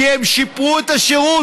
כי הן שיפרו את השירות,